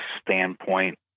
standpoint